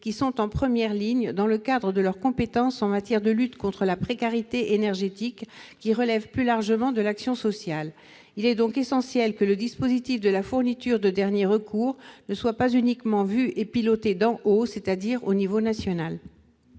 qui sont en première ligne, dans le cadre de leurs compétences en matière de lutte contre la précarité énergétique, laquelle relève plus largement de l'action sociale. Il est donc essentiel que le dispositif de la fourniture de dernier recours ne soit pas uniquement vu et piloté d'en haut, c'est-à-dire au niveau national.